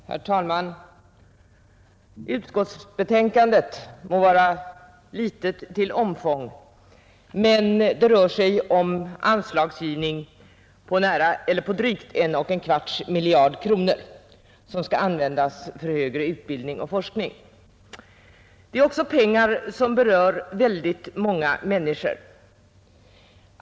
Herr talman! Utskottsbetänkandet må vara litet till omfånget, men det rör sig om anslagsgivning på drygt 1 1/4 miljarder kronor, att användas för högre utbildning och forskning. Det är pengar som berör väldigt många människor.